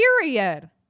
Period